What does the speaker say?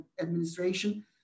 Administration